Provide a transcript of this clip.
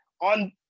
on